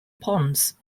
ponds